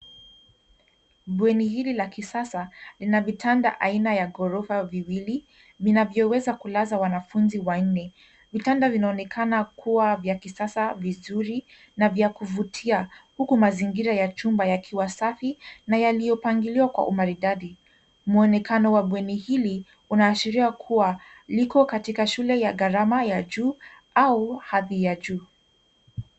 Bweni hili la kisasa lina vitanda aina ya gorofa viwili vinavyoweza kulaza wanafunzi wanne. Vitanda vinaonekana kuwa vya kisasa vizuri na vya kuvutia huku mazingira ya chumba yakiwa safi na yaliyopangiliwa kwa umaridadi. Muonekano wa bweni hili inaashiria kwamba liko katika shule ya garama ya juu au hadhi ya juu.